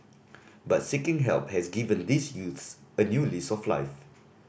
but seeking help has given these youths a new lease of life